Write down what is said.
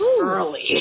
early